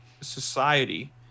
society